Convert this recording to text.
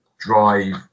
drive